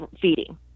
feeding